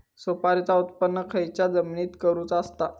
सुपारीचा उत्त्पन खयच्या जमिनीत करूचा असता?